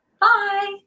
bye